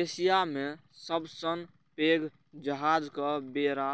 Asia मे सबसं पैघ जहाजक बेड़ा